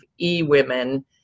eWomen